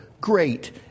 great